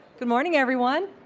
good morning, everyone.